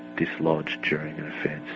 dislodged during an offence,